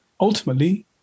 Ultimately